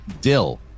Dill